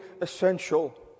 essential